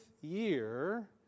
year